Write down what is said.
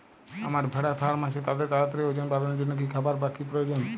আমার ভেড়ার ফার্ম আছে তাদের তাড়াতাড়ি ওজন বাড়ানোর জন্য কী খাবার বা কী প্রয়োজন?